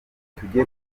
tujye